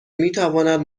میتواند